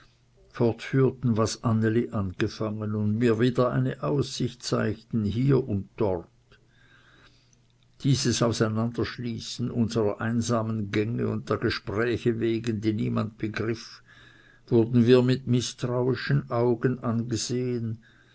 fortführten was anneli angefangen und mir wieder eine aussicht zeigten hier und dort um dieses aneinanderschließens unserer einsamen gänge und der gespräche wegen die niemand begriff wurden wir mit mißtrauischen augen angesehen